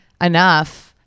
enough